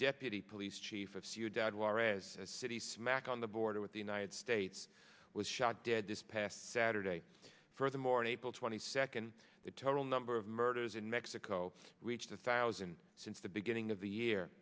deputy police chief of dad juarez city smack on the border with the united states was shot dead this past saturday furthermore in april twenty second the total number of murders in mexico reached a thousand since the beginning of the year